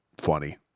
funny